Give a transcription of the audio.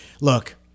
look